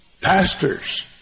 pastors